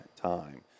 time